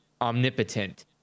omnipotent